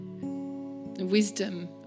Wisdom